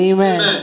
Amen